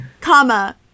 comma